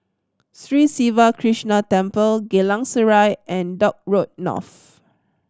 Sri Siva Krishna Temple Geylang Serai and Dock Road North